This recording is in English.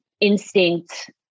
instinct